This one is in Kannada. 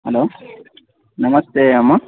ಹಲೋ ನಮಸ್ತೆ ಅಮ್ಮ